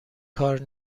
کار